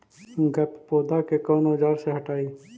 गत्पोदा के कौन औजार से हटायी?